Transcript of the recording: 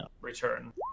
Return